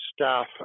staff